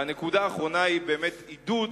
והנקודה האחרונה היא עידוד,